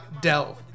Dell